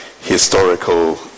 historical